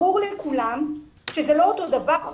ברור לכולם שזה לא אותו הדבר,